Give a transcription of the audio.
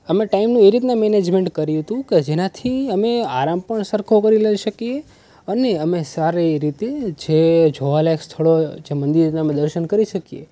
અમે ટાઈમનું એ રીતના મેનેજમેન્ટ કર્યું હતું કે જેનાથી અમે આરામ પણ સરખો કરી લઈ શકીએ અને અમે સારી રીતે જે જોવા લાયક સ્થળો જે મંદિરના અમે દર્શન કરી શકીએ